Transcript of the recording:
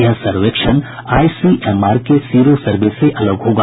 यह सर्वेक्षण आईसीएमआर के सीरो सर्वे से अलग होगा